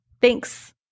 Thanks